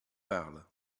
parle